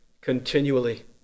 continually